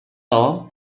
law